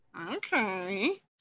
Okay